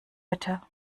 bitte